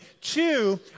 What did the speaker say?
Two